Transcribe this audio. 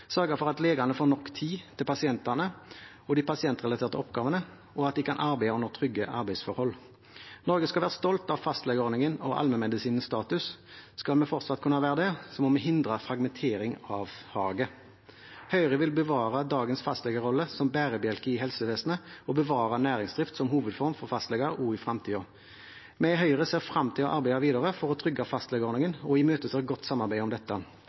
sørge for at legene får nok tid til pasientene og de pasientrelaterte oppgavene, og at de kan arbeide under trygge arbeidsforhold. Norge skal være stolt av fastlegeordningen og allmennmedisinens status. Skal vi fortsatt kunne være det, må vi hindre fragmentering av faget. Høyre vil bevare dagens fastlegerolle som bærebjelke i helsevesenet og bevare næringsdrift som hovedform for fastleger også i fremtiden. Vi i Høyre ser frem til å arbeide videre for å trygge fastlegeordningen, og vi imøteser et godt samarbeid om dette.